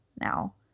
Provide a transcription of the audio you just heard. now